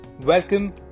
welcome